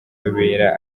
kabera